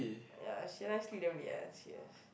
ya she always sleep damn late one serious